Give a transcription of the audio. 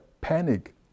panic